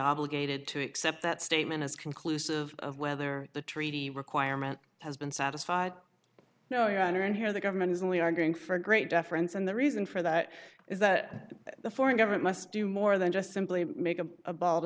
obligated to accept that statement as conclusive of whether the treaty requirement has been satisfied no your honor and here the government is and we are going for a great deference and the reason for that is that the foreign government must do more than just simply make a bald